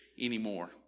anymore